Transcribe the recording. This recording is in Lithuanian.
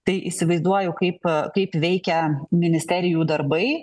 tai įsivaizduoju kaip kaip veikia ministerijų darbai